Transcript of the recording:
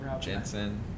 Jensen